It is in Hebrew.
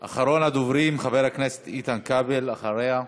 אחרון הדוברים, חבר הכנסת איתן כבל, אחריה.